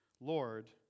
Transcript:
Lord